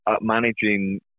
managing